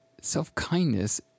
self-kindness